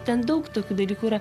ten daug tokių dalykų yra